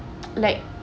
like